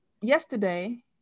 Yesterday